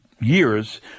years